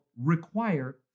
require